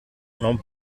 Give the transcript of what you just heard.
non